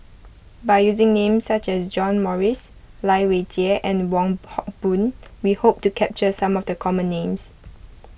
by using names such as John Morrice Lai Weijie and Wong Hock Boon we hope to capture some of the common names